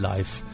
Life